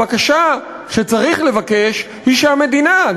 הבקשה שצריך לבקש היא שהמדינה,